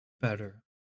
better